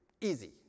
Easy